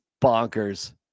bonkers